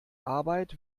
arbeit